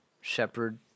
shepherd